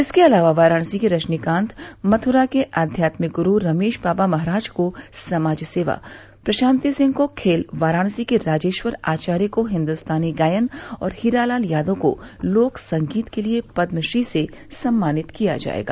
इसके अलावा वाराणसी के रजनीकान्त मथुरा के आध्यात्मिक गुरू रमेश बाबा महाराज को समाज सेवा प्रशान्ति सिंह को खेल वाराणसी के राजेश्वर आचार्य को हिन्दुस्तानी गायन और हीरालाल यादव को लोकसंगीत के लिए पद्म श्री से सम्मानित किया जायेगा